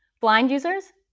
blind users,